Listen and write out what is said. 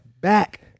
back